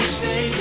stay